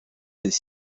des